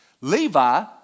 Levi